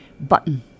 Button